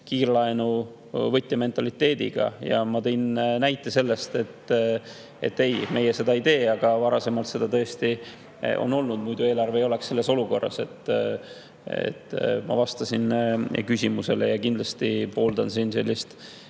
kiirlaenuvõtja mentaliteediga, ja ma [märkisin], et meie seda ei tee, aga varasemalt seda tõesti on olnud, muidu eelarve ei oleks selles olukorras. Ma vastasin küsimusele ja kindlasti pooldan siin sisulist